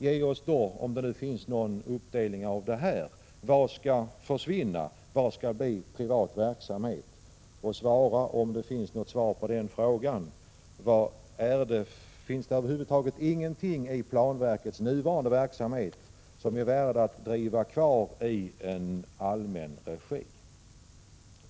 Ge oss då besked, om det finns någon sådan uppdelning, om vad som skall försvinna och vad som skall bli privat verksamhet. Och svara, om det finns något svar på den frågan: Finns det över huvud taget ingenting i planverkets nuvarande verksamhet som är värt att bedriva i allmän regi?